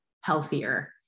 healthier